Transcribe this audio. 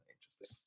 interesting